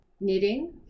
knitting